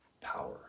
power